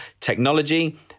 technology